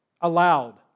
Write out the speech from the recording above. allowed